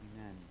Amen